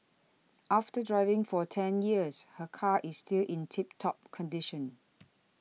after driving for ten years her car is still in tip top condition